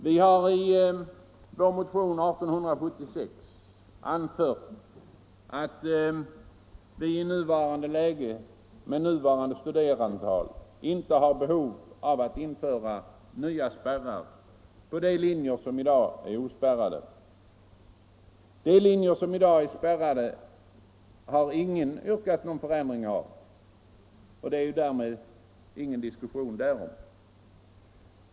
Vi har i vår motion 1876 anfört att vi i dagens läge med nuvarande studerandeantal inte har behov av att införa nya spärrar på de linjer som f. n. är ospärrade. Ingen har yrkat någon förändring när det gäller de linjer som i dag är spärrade. Därom blir det alltså ingen diskussion.